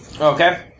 Okay